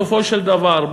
בסופו של דבר,